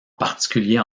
particulier